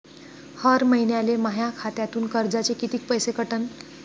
हर महिन्याले माह्या खात्यातून कर्जाचे कितीक पैसे कटन?